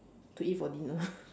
to eat for dinner